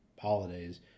holidays